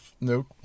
No